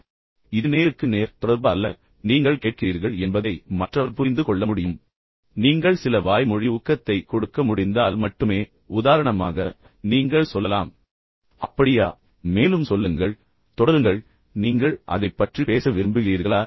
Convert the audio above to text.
இப்போது இது நேருக்கு நேர் தொடர்பு அல்ல நீங்கள் கேட்கிறீர்கள் என்பதை மற்றவர் புரிந்து கொள்ள முடியும் நீங்கள் சில வாய்மொழி ஊக்கத்தை கொடுக்க முடிந்தால் மட்டுமே உதாரணமாக நீங்கள் சொல்லலாம் அப்படியா மேலும் சொல்லுங்கள் தொடருங்கள் நீங்கள் அதைப் பற்றி பேச விரும்புகிறீர்களா